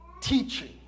teaching